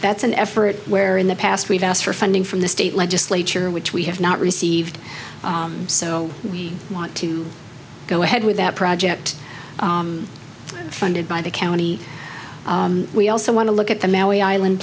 that's an effort where in the past we've asked for funding from the state legislature which we have not received so we want to go ahead with that project funded by the county we also want to look at the maui island